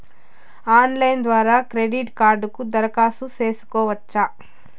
Online ద్వారా credit కార్డుకు దరఖాస్తు సేసుకోవచ్చా?